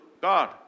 God